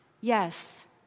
yes